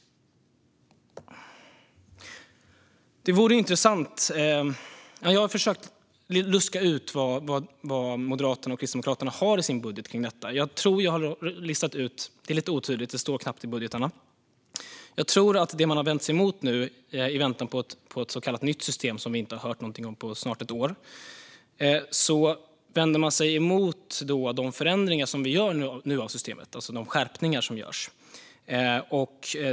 Jag har försökt luska ut vad Moderaterna och Kristdemokraterna har i sin budget kring detta. Det är lite otydligt; det står knappt i budgetarna. Jag tror att det man vänder sig emot, i väntan på ett så kallat nytt system som vi inte har hört någonting om på snart ett år, är de skärpningar av systemet som vi nu gör.